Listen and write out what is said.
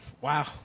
Wow